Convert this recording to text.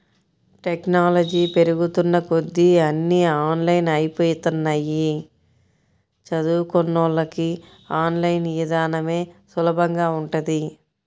technology పెరుగుతున్న కొద్దీ అన్నీ ఆన్లైన్ అయ్యిపోతన్నయ్, చదువుకున్నోళ్ళకి ఆన్ లైన్ ఇదానమే సులభంగా ఉంటది